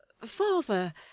Father